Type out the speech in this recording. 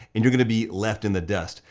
and you're gonna be left in the dust.